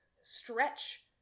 stretch